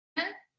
it.